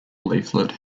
leaflet